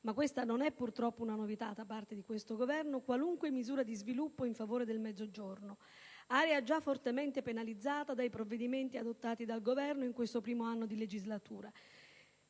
ma questa non è purtroppo una novità da parte dell'attuale Governo - qualunque misura di sviluppo in favore del Mezzogiorno, area già fortemente penalizzata dai provvedimenti adottati dal Governo nel primo anno di legislatura.